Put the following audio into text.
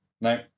No